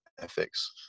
ethics